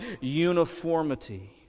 uniformity